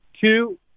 Two